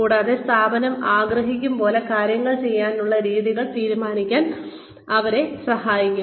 കൂടാതെസ്ഥാപനം ആഗ്രഹിക്കും പോലെ കാര്യങ്ങൾ ചെയ്യാനുള്ള വഴികൾ തീരുമാനിക്കാൻ അവരെ സഹായിക്കുക